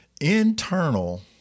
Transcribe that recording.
internal